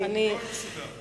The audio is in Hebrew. הכול מסודר.